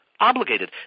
obligated